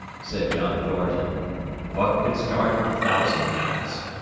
said john thornton buck can start a thousand pounds.